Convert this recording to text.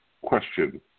question